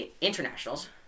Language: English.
internationals